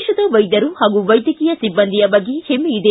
ದೇಶದ ವೈದ್ಯರು ಹಾಗೂ ವೈದ್ಯಕೀಯ ಸಿಬ್ಬಂದಿಯ ಬಗ್ಗೆ ಹೆಮ್ಮೆಯಿದೆ